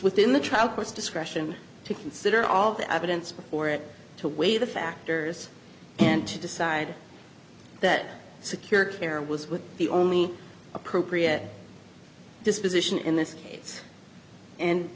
within the trial court's discretion to consider all the evidence before it to weigh the factors and to decide that secure care was with the only appropriate disposition in this case and